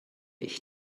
ich